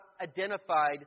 identified